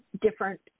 different